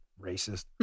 Racist